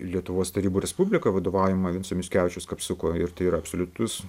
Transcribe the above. lietuvos tarybų respublika vadovaujama vinco mickevičiaus kapsuko ir tai yra absoliutus